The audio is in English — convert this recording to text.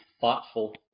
thoughtful